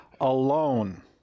alone